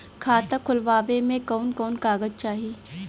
खाता खोलवावे में कवन कवन कागज चाही?